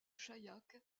chaillac